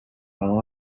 how